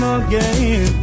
again